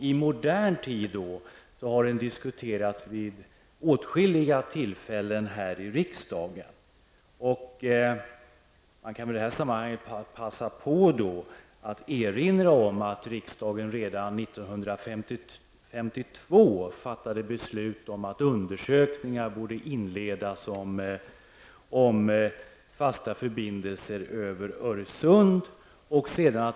I modern tid har den diskuterats vid åtskilliga tillfällen här i riksdagen. I det här sammanhanget vill jag passa på att erinra om att riksdagen redan 1952 fattade beslut om att undersökningar borde inledas om fasta förbindelser över Öresund.